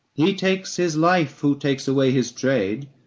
he takes his life who takes away his trade.